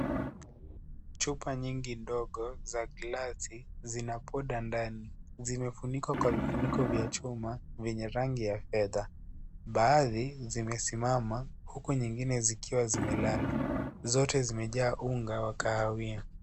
Chupa nyingi ndogo za glasi zina poda ndani, zimefunikwa kwa vifuniko vya chuma vyenye rangi ya fedha, baadhi zimesimama huku nyingine zikiwa zimelala, zote zimejaa unga wa kahawia.